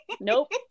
Nope